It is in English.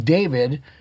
David